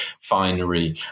finery